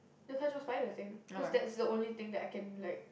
the kanchiong spider thing cause that's the only thing that I can like